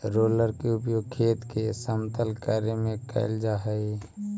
roller के उपयोग खेत के समतल करे में कैल जा हई